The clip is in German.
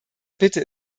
bitte